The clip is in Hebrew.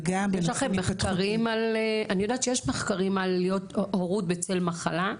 וגם --- אני יודעת שיש לכם מחקרים על הורות בצל מחלה.